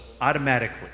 automatically